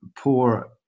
poor